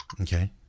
Okay